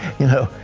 you know,